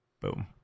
Boom